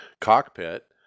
cockpit